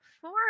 four